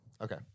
Okay